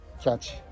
Catch